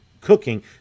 cooking